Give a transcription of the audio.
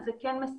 זה כן מספק.